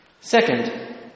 Second